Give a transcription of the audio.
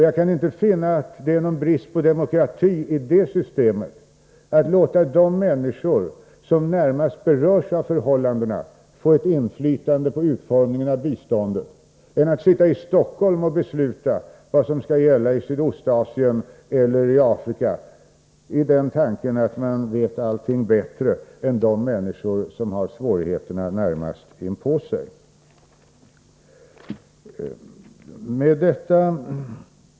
Jag kan inte finna att det är någon brist på demokrati i detta system, som alltså går ut på att låta de människor som närmast berörs av förhållandena få ett inflytande på utformningen av biståndet. Det är enligt min mening rimligare att göra på detta sätt än att sitta i Stockholm och besluta vad som skall gälla i Sydostasien eller i Afrika, i tanke att man vet allting bättre än de människor som har svårigheterna närmast inpå sig.